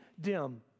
dim